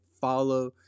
follow